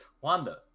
Wanda